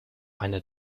einer